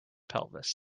pelvis